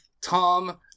Tom